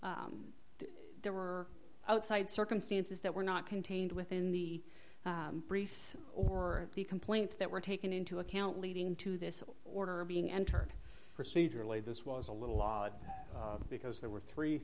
there were outside circumstances that were not contained within the briefs or the complaint that were taken into account leading to this order being entered procedurally this was a little odd because there were three